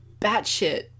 batshit